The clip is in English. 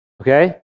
Okay